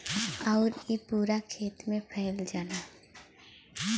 आउर इ पूरा खेत मे फैल जाला